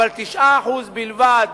אבל 9% בלבד